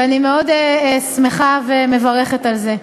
ואני מאוד שמחה ומברכת על זה.